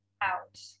out